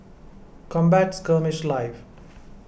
Combat Skirmish Live